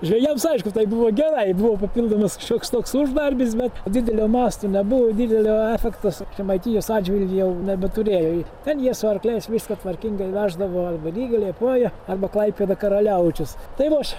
žvejams aišku tai buvo gerai buvo papildomas šioks toks uždarbis bet didelio masto nebuvo didelio efektas žemaitijos atžvilgiu jau nebeturėjo ji ten jie su arkliais viską tvarkingai veždavo arba ryga liepoja arba klaipėda karaliaučius tai va aš